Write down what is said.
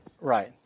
right